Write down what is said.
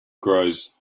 grows